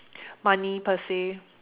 money per se